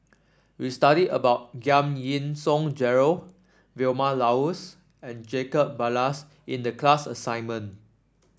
we studied about Giam Yean Song Gerald Vilma Laus and Jacob Ballas in the class assignment